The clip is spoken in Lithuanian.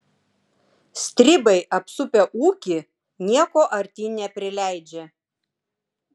stribai apsupę ūkį nieko artyn neprileidžia